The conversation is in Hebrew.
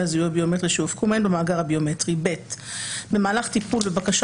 הזיהוי הביומטרי שהופקו מהן במאגר הביומטרי." במהלך טיפול בבקשה